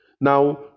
Now